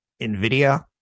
NVIDIA